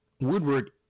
Woodward